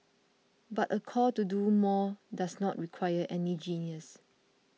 but a call to do more does not require any genius